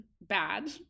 bad